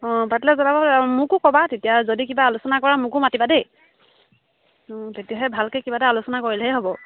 অঁ পাতিলে জনাবা মোকো ক'বা তেতিয়া যদি কিবা আলোচনা কৰা মোকো মাতিবা দেই তেতিয়াহে ভালকৈ কিবা এটা আলোচনা কৰিলেহে হ'ব